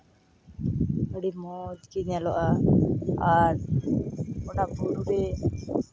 ᱟᱹᱰᱤ ᱢᱚᱡᱽ ᱜᱮ ᱧᱮᱞᱚᱜᱼᱟ ᱟᱨ ᱚᱱᱟ ᱵᱩᱨᱩ ᱨᱮ